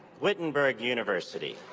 wittenberg university.